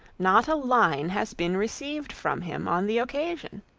not a line has been received from him on the occasion.